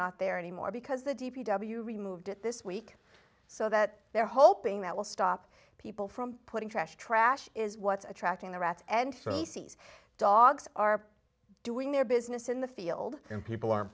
not there anymore because the d p w removed it this week so that they're hoping that will stop people from putting trash trash is what attracting the rats and dogs are doing their business in the field and people are